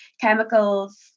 chemicals